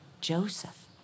Joseph